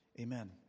Amen